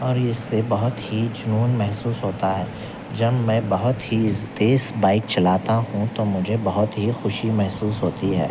اور اس سے بہت ہی جنون محسوس ہوتا ہے جب میں بہت ہی تیز بائک چلاتا ہوں تو مجھے بہت ہی خوشی محسوس ہوتی ہے